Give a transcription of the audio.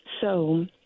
So-